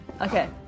Okay